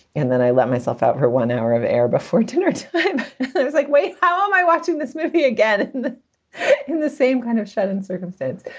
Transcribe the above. and then i let myself out for one hour of air before dinner time it was like, wait, how am i watching this movie again in the same kind of setting circumstance?